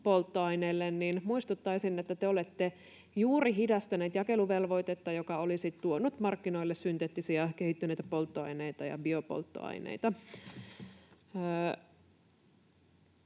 polttoaineille, ja muistuttaisin, että te olette juuri hidastaneet jakeluvelvoitetta, joka olisi tuonut markkinoille synteettisiä, kehittyneitä polttoaineita ja biopolttoaineita.